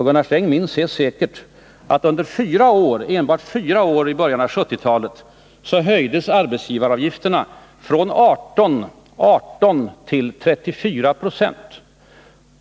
Gunnar Sträng minns helt säkert att enbart under fyra år i bö 1970-talet höjdes arbetsgivaravgifterna från 18 till 34 26.